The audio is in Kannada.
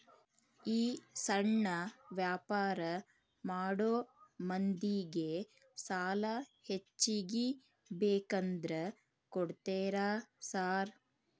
ಈ ಸಣ್ಣ ವ್ಯಾಪಾರ ಮಾಡೋ ಮಂದಿಗೆ ಸಾಲ ಹೆಚ್ಚಿಗಿ ಬೇಕಂದ್ರ ಕೊಡ್ತೇರಾ ಸಾರ್?